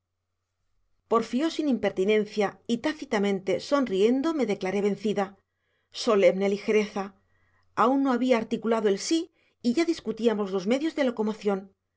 yo porfió sin impertinencia y tácitamente sonriendo me declaré vencida solemne ligereza aún no había articulado el sí y ya discutíamos los medios de locomoción